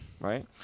right